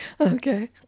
Okay